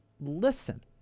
listen